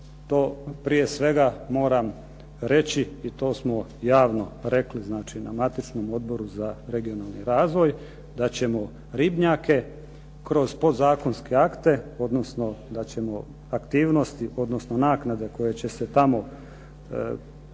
to prije svega moram reći i to smo javno rekli na matičnom odboru za regionalni razvoj da ćemo ribnjake kroz podzakonske akte, odnosno da ćemo aktivnosti, odnosno naknade koje će se tamo propisivati,